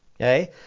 okay